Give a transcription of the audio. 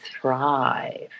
thrive